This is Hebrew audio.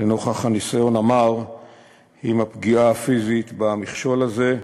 לנוכח הניסיון המר עם הפגיעה הפיזית במכשול הזה.